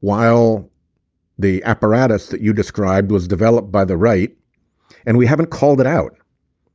while the apparatus that you described was developed by the right and we haven't called it out